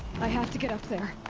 i have to get up there!